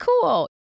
cool